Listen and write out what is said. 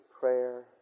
prayer